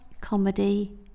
Comedy